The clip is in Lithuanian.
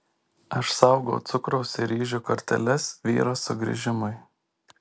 aš saugau cukraus ir ryžių korteles vyro sugrįžimui